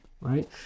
right